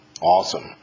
Awesome